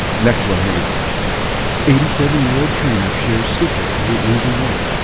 next one here we go eighty seven year old trainer shears secret to weight losing weight,